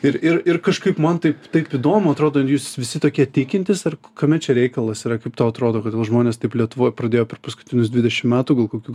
ir ir ir kažkaip man taip taip įdomu atrodo jūs visi tokie tikintys ar kame čia reikalas yra kaip tau atrodo kodėl žmonės taip lietuvoj pradėjo per paskutinius dvidešim metų gal kokių